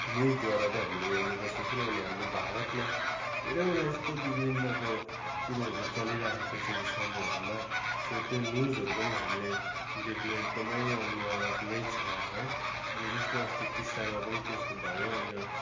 न्युजद्वारा नै हामीले हेर्नुपर्छ किनभने हाम्रो भारतमा धेरैवटा यस्तो बिग्रिनको कुरोहरू चलिरहेको छ यी समयहरूमा सो त्यो न्युजहरू पनि हामीले देख्नु एकदमै अनिवार्य नै छ है अनि जस्तै अस्ति टिस्टामा पनि त्यस्तो भयो अन्त